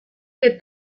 que